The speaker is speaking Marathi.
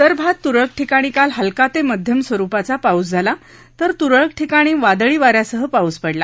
विदर्भात त्रळक ठिकाणी काल हलका ते मध्यम स्वरूपांचा पाउस झाला तर त्रळक ठिकाणी वादळी वाऱ्यासह पाऊस पडला